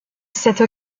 cette